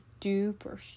duper